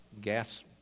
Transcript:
gas